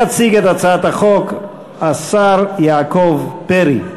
יציג את הצעת החוק השר יעקב פרי.